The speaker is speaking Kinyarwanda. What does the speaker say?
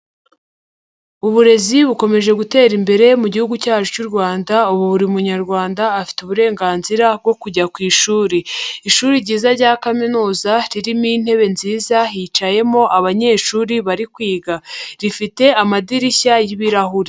Uburezi bukomeje gutera imbere mu gihugu cyacu cy'uRwanda ubu buri munyarwanda afite uburenganzira bwo kujya ku ishuri. Ishuri ryiza rya kaminuza ririmo intebe nziza hicayemo abanyeshuri bari kwiga, rifite amadirishya y'ibirahuri.